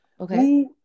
okay